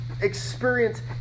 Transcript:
experience